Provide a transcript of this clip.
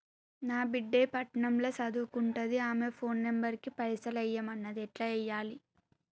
నా బిడ్డే పట్నం ల సదువుకుంటుంది ఆమె ఫోన్ నంబర్ కి పైసల్ ఎయ్యమన్నది ఎట్ల ఎయ్యాలి?